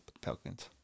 Pelicans